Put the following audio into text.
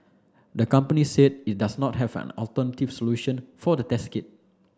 the company said it does not have an alternative solution for the test kit